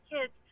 kids